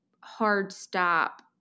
hard-stop